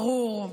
ברור,